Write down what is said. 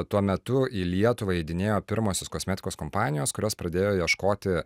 tuo metu į lietuvą įeidinėjo pirmosios kosmetikos kompanijos kurios pradėjo ieškoti